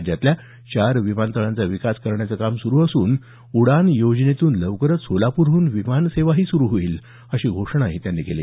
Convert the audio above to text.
राज्यातल्या चार विमानतळांचा विकास करण्याचं काम सुरु असून उडान योजनेतून लवकरच सोलापूरहून विमानसेवाही सुरु होईल अशी घोषणाही त्यांनी यावेळी केली